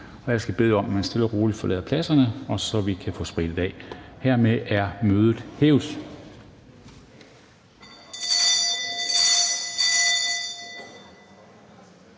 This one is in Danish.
jeg skal bede om, at man stille og roligt forlader pladserne, så vi kan få sprittet af. Mødet er hævet.